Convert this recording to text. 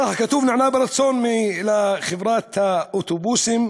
כך כתוב: נענה ברצון לחברת האוטובוסים,